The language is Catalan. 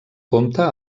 compte